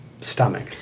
stomach